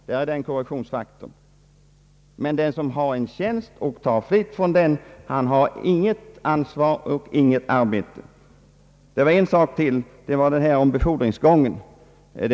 Det är möjligt att herr Strandberg har rätt när det gäller befordringsgången.